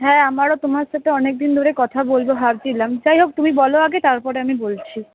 হ্যাঁ আমারও তোমার সাথে অনেকদিন ধরে কথা বলব ভাবছিলাম যাই হোক তুমি বলো আগে তারপরে আমি বলছি